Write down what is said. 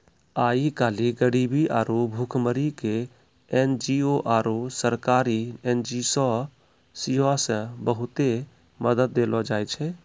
आइ काल्हि गरीबी आरु भुखमरी के एन.जी.ओ आरु सरकारी एजेंसीयो से बहुते मदत देलो जाय छै